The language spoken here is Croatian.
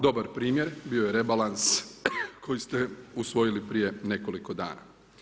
Dobar primjer bio je rebalans koji ste usvojili prije nekoliko dana.